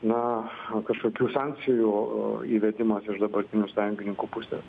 na kažkokių sankcijų įvedimas iš dabartinių sąjungininkų pusės